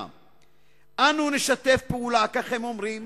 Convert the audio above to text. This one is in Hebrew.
אנשים שנתנו והקריבו את היקר להם,